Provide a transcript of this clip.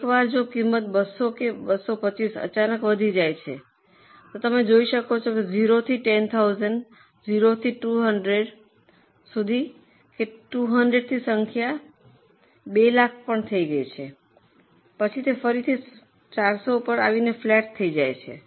એકવાર જો કિંમત 200 કે 225 અચાનક વધી જાય છે તમે જોઈ શકો છો કે 0 થી 10000 0 થી 200 સુધી 200 થી સંખ્યા 200000 થઈ ગઈ છે પછી તે ફરીથી 400 સુધી ફ્લેટ થઈ જાય છે